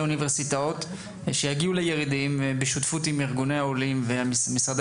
האוניברסיטאות שיגיעו לירידים בשיתוף עם ארגוני העולים ומשרדי